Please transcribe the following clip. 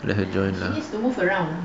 let her join lah